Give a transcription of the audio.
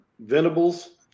Venable's